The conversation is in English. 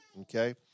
okay